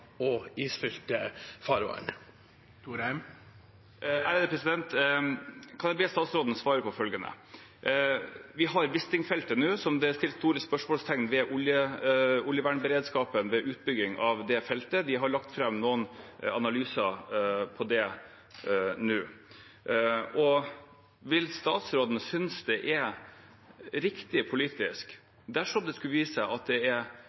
og isfylte farvann. Kan jeg be statsråden svare på følgende: Vi har Wisting-feltet, der det er satt store spørsmålstegn ved oljevernberedskapen ved utbygging av feltet – det er lagt fram noen analyser av det nå. Vil statsråden synes det er riktig politisk, dersom det skulle vise seg at det er